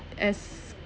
as